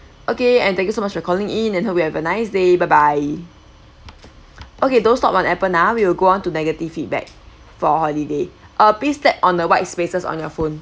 okay and thank you so much for calling in and hope you have a nice day bye bye okay don't stop on apple now we will go on to negative feedback for holiday uh pasted on the white spaces on your phone